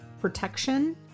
protection